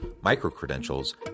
micro-credentials